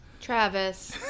Travis